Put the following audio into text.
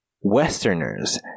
westerners